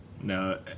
No